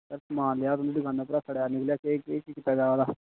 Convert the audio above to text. sir समान लेआ हा तुं'दी दकाना उप्परा ते सड़े दा निकलेआ केह् केह् कीता जा ओहदा